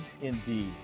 indeed